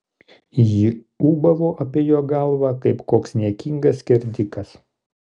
ji ūbavo apie jo galvą kaip koks niekingas skerdikas